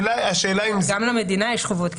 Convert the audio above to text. השאלה אם זה --- גם למדינה יש חובות.